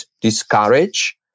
discourage